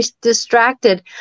distracted